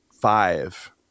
five